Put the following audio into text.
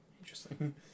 Interesting